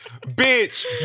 bitch